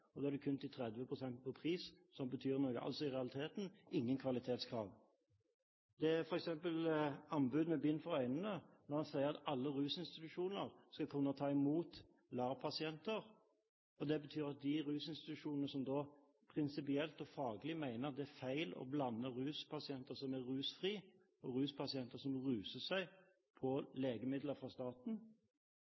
pst.-ene. Da er det kun de 30 pst. på pris som betyr noe, altså i realiteten ingen kvalitetskrav. Det er anbud med bind for øynene når en f.eks. sier at alle rusinstitusjoner skal kunne ta imot LAR-pasienter. Det betyr de rusinstitusjonene som prinsipielt og faglig mener at det er feil å blande ruspasienter som er rusfrie, og ruspasienter som ruser seg på legemidler fra staten.